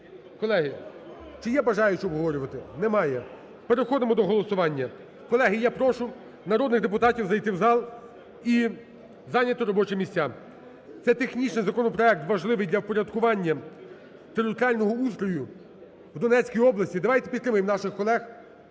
Колеги, чи є бажаючі обговорювати? Немає. Переходимо до голосування. Колеги, я прошу народних депутатів зайти в зал і зайняти робочі місця. Це технічний законопроект, важливий для впорядкування територіального устрою в Донецькій області. Давайте підтримаємо наших колег.